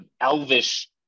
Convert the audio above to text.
elvish